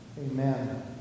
Amen